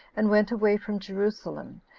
and went away from jerusalem,